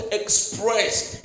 expressed